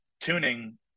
tuning